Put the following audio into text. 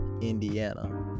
Indiana